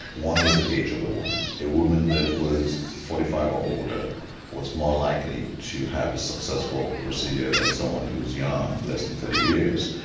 one was the age of the woman. a woman who was forty five or older was more likely to have a successful procedure than someone who was young, less than thirty years.